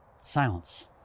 Silence